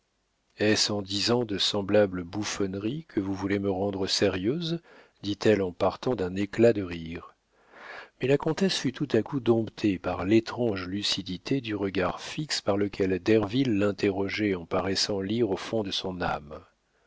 est-ce en disant de semblables bouffonneries que vous voulez me rendre sérieuse dit-elle en partant d'un éclat de rire mais la comtesse fut tout à coup domptée par l'étrange lucidité du regard fixe par lequel derville l'interrogeait en paraissant lire au fond de son âme